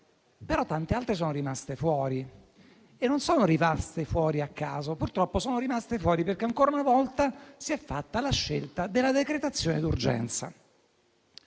ma tante altre sono rimaste fuori e non a caso. Purtroppo sono rimaste fuori perché ancora una volta si è fatta la scelta della decretazione d'urgenza.